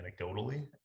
anecdotally